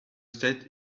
state